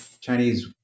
Chinese